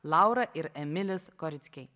laura ir emilis korickiai